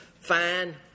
Fine